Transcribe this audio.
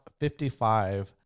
55